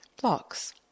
Blocks